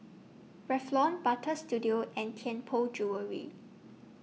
Revlon Butter Studio and Tianpo Jewellery